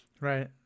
right